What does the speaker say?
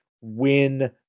win